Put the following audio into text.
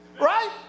Right